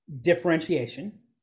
differentiation